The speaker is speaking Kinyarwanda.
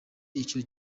icyo